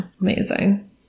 Amazing